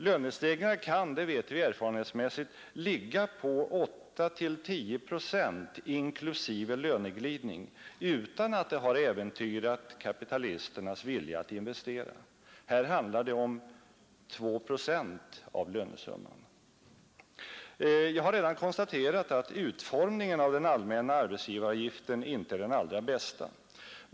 Lönestegringar kan — det vet vi erfarenhetsmässigt — ligga på 8—-10 procent inklusive löneglidning utan att det har äventyrat kapitalisternas vilja att investera. Här handlar det om 2 procent av lönesumman. Jag har redan konstaterat att utformningen av den allmänna arbetsgivaravgiften inte är den allra bästa.